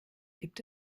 gibt